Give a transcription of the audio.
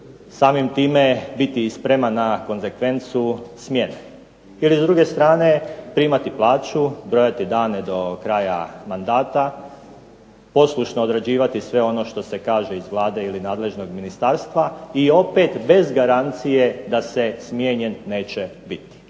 samim time biti spreman na konzekvencu smjene ili s druge strane primati plaću, brojati dane do kraja mandata, poslušno određivati sve ono što se kaže iz Vlade ili nadležnog ministarstva i opet bez garancije da se smijenjen neće biti.